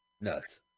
nuts